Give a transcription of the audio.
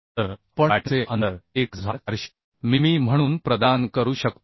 तर आपण बॅटनचे अंतर 1400 मिमी म्हणून प्रदान करू शकतो